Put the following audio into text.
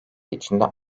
içinde